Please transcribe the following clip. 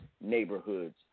neighborhoods